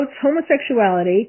homosexuality